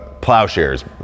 plowshares